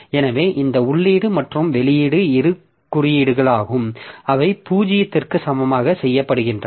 எனவே இந்த உள்ளீடு மற்றும் வெளியீடு இரு குறியீடுகளும் அவை 0 க்கு சமமாக செய்யப்படுகின்றன